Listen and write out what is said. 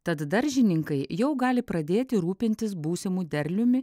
tad daržininkai jau gali pradėti rūpintis būsimu derliumi